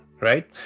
right